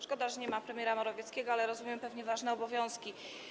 Szkoda, że nie ma premiera Morawieckiego, ale rozumiem, pewnie ważne obowiązki.